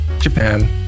Japan